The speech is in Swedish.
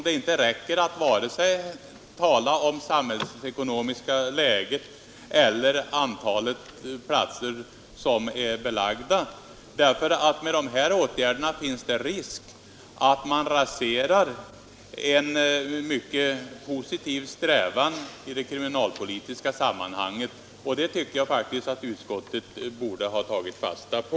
Det räcker inte att bara tala om det samhällsekonomiska läget eller det antal platser som är belagda, eftersom det därmed finns risk: att man rasecrar en mycket positiv strävan I det kriminalpolitiska sammanhanget. Det tycker jag att utskottet borde ha tagit fasta på.